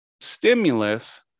stimulus